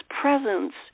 presence